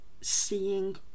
seeing